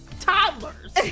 toddlers